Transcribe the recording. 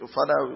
Father